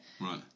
Right